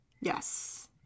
Yes